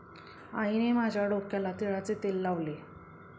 आईने माझ्या डोक्याला तिळाचे तेल लावले